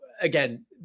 again